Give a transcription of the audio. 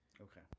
Okay